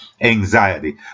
anxiety